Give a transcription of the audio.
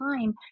time